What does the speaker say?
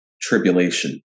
tribulation